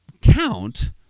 count